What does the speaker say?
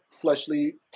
fleshly